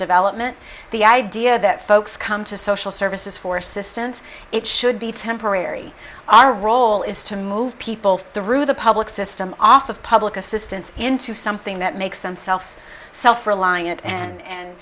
development the idea that folks come to social services for assistance it should be temporary our role is to move people through the public system off of public assistance into something that makes them self's self reliant and